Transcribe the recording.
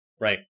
Right